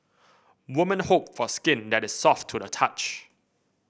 woman hope for skin that is soft to the touch